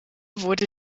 wurde